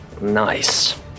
Nice